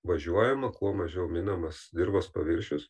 važiuojama kuo mažiau minamas dirvos paviršius